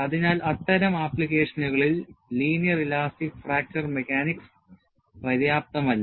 അതിനാൽ അത്തരം ആപ്ലിക്കേഷനുകളിൽ ലീനിയർ ഇലാസ്റ്റിക് ഫ്രാക്ചർ മെക്കാനിക്സ് പര്യാപ്തമല്ല